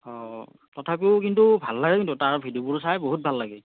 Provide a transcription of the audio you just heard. অ তথাপিও কিন্তু ভাল লাগে কিন্তু তাৰ ভিডিঅ'বোৰ চাই বহুত ভাল লাগে